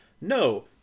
No